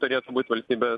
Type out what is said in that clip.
turėtų būt valstybės